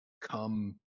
come